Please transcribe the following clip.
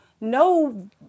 No